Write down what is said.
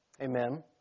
Amen